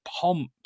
pomp